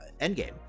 Endgame